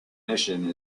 mission